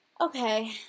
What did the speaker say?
Okay